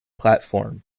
platform